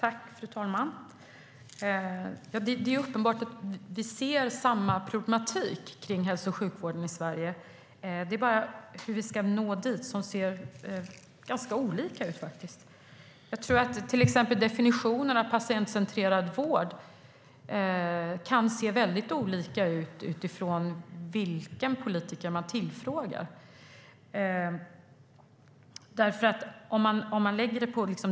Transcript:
Fru talman! Det är uppenbart att vi ser samma problem i hälso och sjukvården i Sverige. Det är bara hur vi ska nå fram som ser olika ut. Definitionen av patientcentrerad vård kan se mycket olika ut utifrån vilken politiker som tillfrågas.